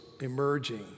emerging